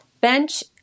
Bench